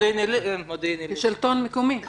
מודיעין אלא כיושב-ראש מרכז השלטון המקומי.